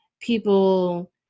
People